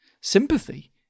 sympathy